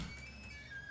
שילמדו